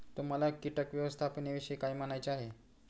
तुम्हाला किटक व्यवस्थापनाविषयी काय म्हणायचे आहे?